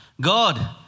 God